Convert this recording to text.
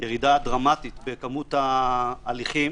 ירידה דרמטית בכמות ההליכים